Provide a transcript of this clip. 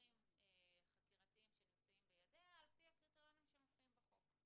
בחומרים חקירתיים שנמצאים בידיה על פי הקריטריונים שנמצאים בחוק.